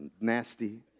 nasty